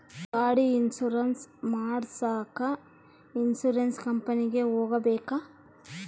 ಗಾಡಿ ಇನ್ಸುರೆನ್ಸ್ ಮಾಡಸಾಕ ಇನ್ಸುರೆನ್ಸ್ ಕಂಪನಿಗೆ ಹೋಗಬೇಕಾ?